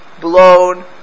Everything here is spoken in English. blown